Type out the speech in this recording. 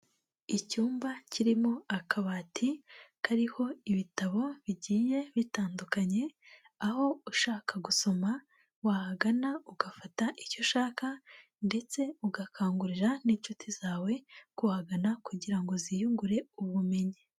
Icyumba kirimo akabati kariho ibitabo bigiye bitandukanye, aho ushaka gusoma wahagana ugafata icyo ushaka ndetse ugakangurira n'inshuti zawe kuhagana kugira ngo ziyungure ubumenyi.